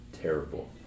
terrible